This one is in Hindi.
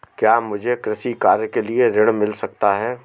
क्या मुझे कृषि कार्य के लिए ऋण मिल सकता है?